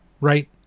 Right